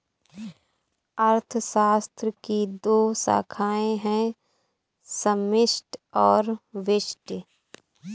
अर्थशास्त्र की दो शाखाए है समष्टि और व्यष्टि